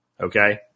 Okay